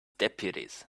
deputies